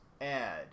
add